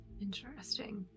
Interesting